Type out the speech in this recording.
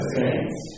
saints